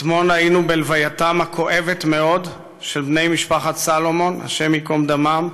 אתמול היינו בלווייתם הכואבת-מאוד של בני משפחת סלומון השם ייקום דמם: